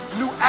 new